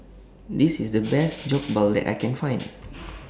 This IS The Best Jokbal that I Can Find